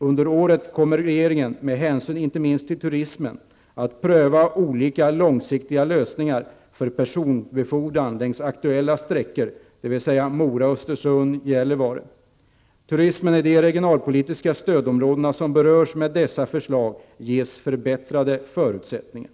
Under året kommer regeringen, med hänsyn inte minst till turismen, att pröva olika långsiktiga lösningar för personbefordran längs aktuella sträckor, dvs. Mora--Östersund--Gällivare. Turismen i de regionalpolitiska stödområden som berörs med dessa förslag ges förbättrade förutsättningar.